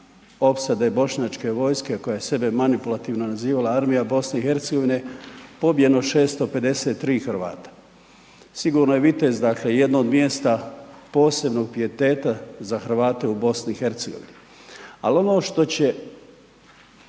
opsade bošnjačke vojske koja je sebe manipulativno nazivala Armija BiH, pobijeno 653 Hrvata. Sigurno je Vitez, dakle jedno od mjesta posebnog pijeteta za Hrvate u BiH, ali ono što će